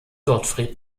gottfried